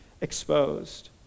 exposed